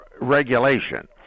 regulation